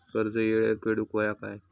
कर्ज येळेवर फेडूक होया काय?